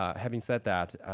um having said that,